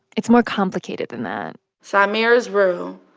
it's more complicated than that samire is real.